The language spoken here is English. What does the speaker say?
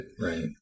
right